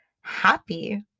happy